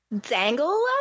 dangle